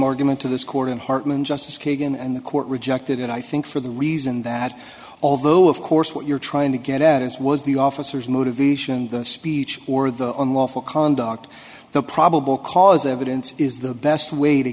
argument to this court and hartmann justice kagan and the court rejected it i think for the reason that although of course what you're trying to get at is was the officers motivation the speech or the unlawful conduct the probable cause evidence is the best way to